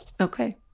Okay